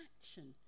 action